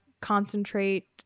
Concentrate